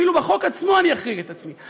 אפילו בחוק עצמו אחריג את עצמי.